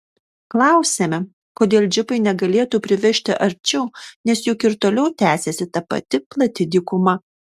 klausiame kodėl džipai negalėtų privežti arčiau nes juk ir toliau tęsiasi ta pati plati dykuma